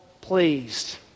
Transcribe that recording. pleased